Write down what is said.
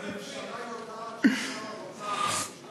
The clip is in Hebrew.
הממשלה יודעת ששר האוצר,